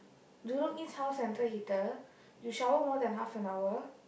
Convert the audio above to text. Jurong-East house central heater you shower more than half an hour